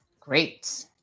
Great